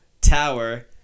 tower